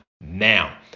now